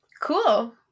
Cool